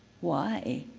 why?